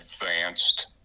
advanced